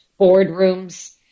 boardrooms